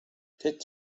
det